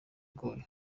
igoye